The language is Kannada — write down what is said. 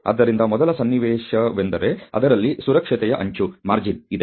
ಆದ್ದರಿಂದ ಮೊದಲ ಸನ್ನಿವೇಶವೆಂದರೆ ಅದರಲ್ಲಿ ಸುರಕ್ಷತೆಯ ಅಂಚು ಇದೆ